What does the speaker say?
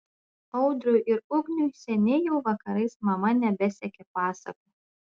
audriui ir ugniui seniai jau vakarais mama nebesekė pasakų